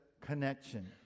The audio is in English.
connection